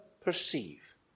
perceive